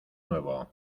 nuevo